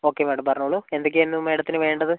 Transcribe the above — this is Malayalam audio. ഓക്കെ മേഡം പറഞ്ഞോളൂ എന്തൊക്കെയായിരുന്നു മേഡത്തിന് വേണ്ടത്